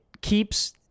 keeps